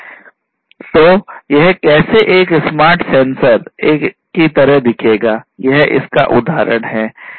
तो यह है कि कैसे एक स्मार्ट सेंसर एक स्मार्ट सेंसर की तरह दिखेगा यह इसका एक उदाहरण है